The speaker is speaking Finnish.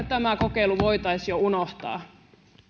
tämä kokeilu voitaisi jo unohtaa